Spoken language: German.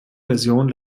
version